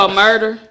murder